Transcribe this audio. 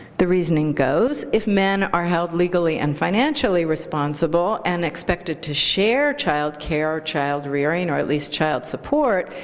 the reasoning goes, if men are held legally and financially responsible and expected to share child care or child rearing or at least child support,